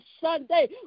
Sunday